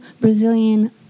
Brazilian